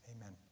Amen